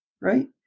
right